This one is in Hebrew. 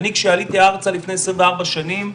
אני כשעליתי ארצה לפני עשרים וארבע שנים,